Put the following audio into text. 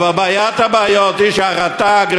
אבל בעיית הבעיות היא שהרט"ג,